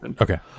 Okay